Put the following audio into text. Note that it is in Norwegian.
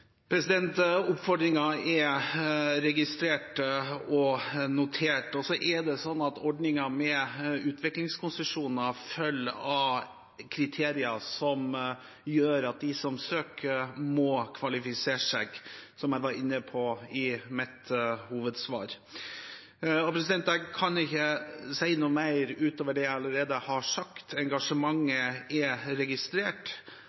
er registert og notert. Så er det slik at ordningen med utviklingskonsesjoner følger av kriterier som gjør at de som søker, må kvalifisere seg, som jeg var inne på i mitt hovedsvar. Jeg kan ikke si noe mer ut over det jeg allerede har sagt.